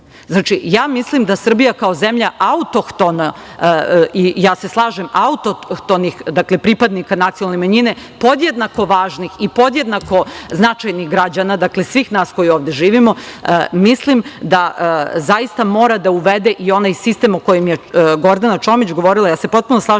ja mislim da Srbija kao zemlja autohtona, autohtonih pripadnika nacionalne manjine, podjednako važnih i podjednako značajnih građana, dakle svih nas koji ovde živimo, zaista mora da uvede i onaj sistem o kojem je Gordana Čomić govorila, ja se potpuno slažem,